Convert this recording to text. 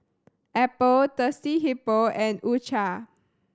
Apple Thirsty Hippo and U Cha